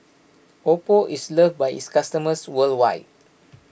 Oppo is loved by its customers worldwide